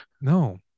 No